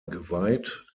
geweiht